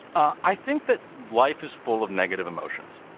ah i think that life is full of negative emotions.